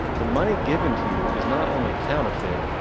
the money given to you is not only counterfeit,